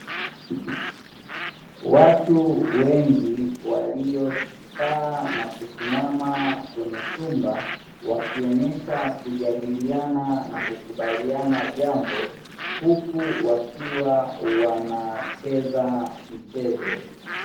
Watu wengi waliokaa na kusimama kwenye chumba, wakionyesha kujadiliana na kukubaliana jambo huku wakiwa wanacheza mchezo.